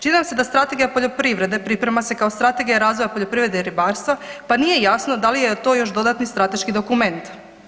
Čini nam se da Strategija poljoprivrede priprema se kao strategija razvoja poljoprivrede i ribarstva pa nije jasno da li je to još dodatni strateški dokument.